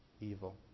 evil